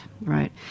right